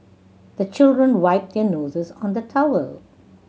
the children wipe their noses on the towel